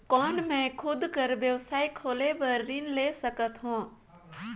कौन मैं खुद कर व्यवसाय खोले बर ऋण ले सकत हो?